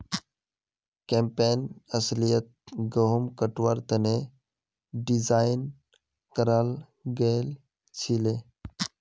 campaign अस्लियतत गहुम कटवार तने डिज़ाइन कराल गएल छीले